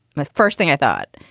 the first thing i thought.